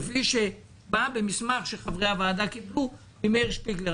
כפי שבאה במסמך שחברי הוועדה קיבלו ממאיר שפיגלר.